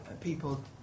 people